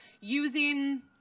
using